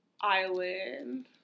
Island